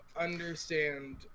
understand